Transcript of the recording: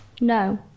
No